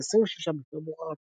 26 בפברואר 2014